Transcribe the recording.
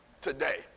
today